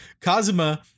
Kazuma